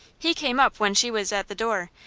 he came up when she was at the door,